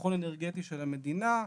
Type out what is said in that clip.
ביטחון אנרגטי של המדינה.